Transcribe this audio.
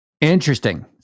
Interesting